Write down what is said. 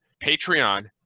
Patreon